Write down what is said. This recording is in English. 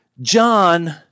John